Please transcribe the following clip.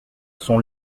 sont